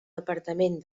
departament